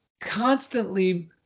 constantly